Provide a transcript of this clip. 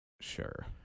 Sure